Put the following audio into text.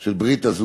של ברית הזוגיות.